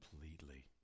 completely